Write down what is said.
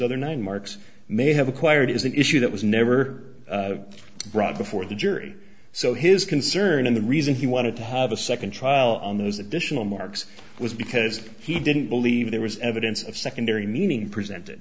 other nine marks may have acquired it is an issue that was never brought before the jury so his concern and the reason he wanted to have a second trial on those additional marks was because he didn't believe there was evidence of secondary meaning presented